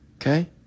okay